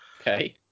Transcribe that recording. Okay